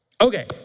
Okay